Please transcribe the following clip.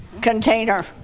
container